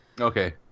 Okay